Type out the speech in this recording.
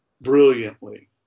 brilliantly